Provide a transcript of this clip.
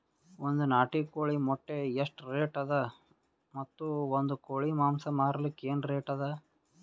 ಒಂದ್ ನಾಟಿ ಕೋಳಿ ಮೊಟ್ಟೆ ಎಷ್ಟ ರೇಟ್ ಅದ ಮತ್ತು ಒಂದ್ ಕೋಳಿ ಮಾಂಸ ಮಾರಲಿಕ ಏನ ರೇಟ್ ಅದ?